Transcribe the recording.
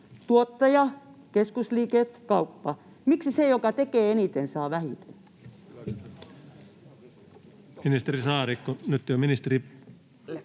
Tuottaja, keskusliike, kauppa — miksi se, joka tekee eniten, saa vähiten? Nyt ei ole maa- ja metsätalousministeri